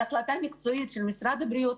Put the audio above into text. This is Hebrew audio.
זו החלטה מקצועית של משרד הבריאות,